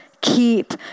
keep